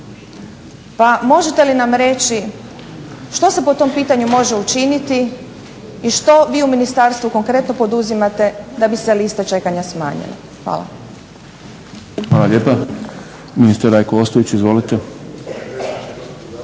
Pa možete li nam reći što se po tom pitanju može učiniti i što vi u ministarstvu konkretno poduzimate da bi se lista čekanja smanjila? Hvala. **Šprem, Boris (SDP)** Hvala lijepa. Ministar Rajko Ostojić, izvolite.